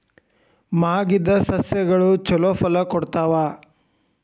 ಮಾಗಿದ್ ಸಸ್ಯಗಳು ಛಲೋ ಫಲ ಕೊಡ್ತಾವಾ?